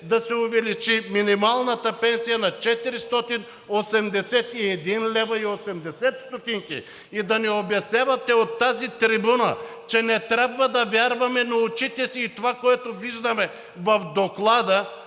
да се увеличи минималната пенсия на 481,80 лв. и да ни обяснявате от тази трибуна, че не трябва да вярваме на очите си и това, което виждаме в Доклада,